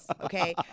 okay